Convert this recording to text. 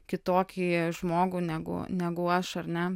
kitokį žmogų negu negu aš ar ne